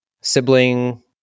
sibling